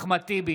אחמד טיבי,